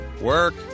work